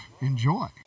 Enjoy